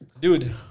dude